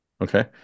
Okay